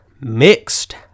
Mixed